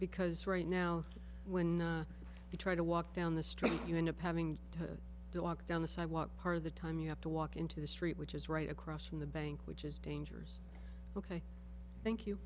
right now when you try to walk down the street you end up having to do a walk down the sidewalk part of the time you have to walk into the street which is right across from the bank which is dangers ok thank you